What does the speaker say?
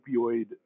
opioid